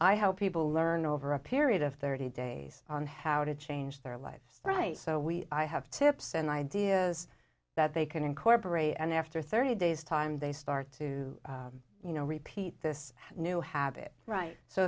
hope people learn over a period of thirty days on how to change their lives right so we i have tips and ideas that they can incorporate and after thirty days time they start to you know repeat this new have it right